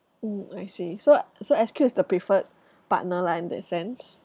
mm I see so uh so S_Q is the preferred partner lah in that sense